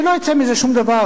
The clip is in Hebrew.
שלא יצא מזה שום דבר,